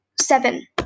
seven